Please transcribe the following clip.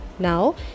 Now